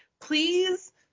Please